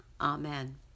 Amen